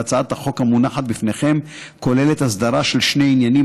והצעת החוק המונחת לפניכם כוללת הסדרה של שני עניינים,